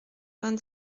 vingt